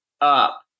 up